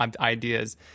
ideas